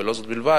ולא זאת בלבד,